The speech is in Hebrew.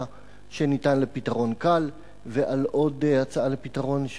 שניתן לפתרון קל ועל עוד הצעה לפתרון,